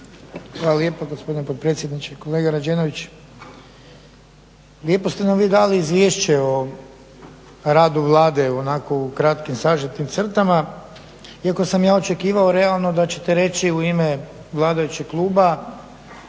Hvala lijepo gospodine potpredsjedniče. Kolega Rađenović lijepo ste nam vi dali Izvješće o radu Vlade, onako u kratkim sažetim crtama. Iako sam ja očekivao realno da ćete reći u ime vladajućeg kluba